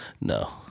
No